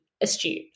astute